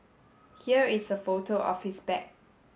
here is a photo of his bag